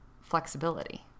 flexibility